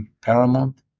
paramount